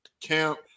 camp